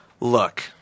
Look